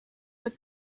the